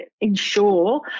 ensure